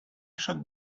should